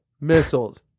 missiles